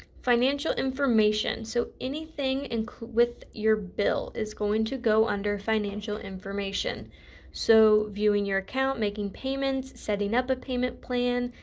financial information, so anything and with your bill is going to go under financial information so viewing your account, making payments, setting up a payment plan,